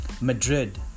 Madrid